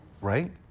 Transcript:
right